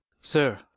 sir